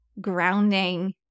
grounding